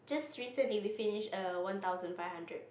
just recently we finish a one thousand five hundred